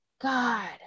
God